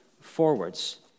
forwards